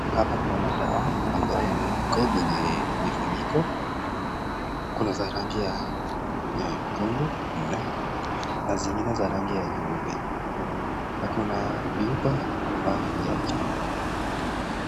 Hapa kuna madawa ambayo iko kwenye vifuniko. Kuna za rangi ya nyekundu na zingine za rangi ya nyeupe. Na kuna vyupa nyuma zake.